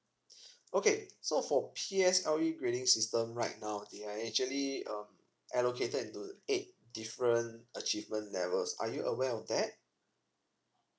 okay so for P S L E grading system right now they are actually um allocated into eight different achievement levels are you aware of that